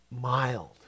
mild